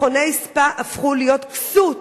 מכוני ספא הפכו להיות כסות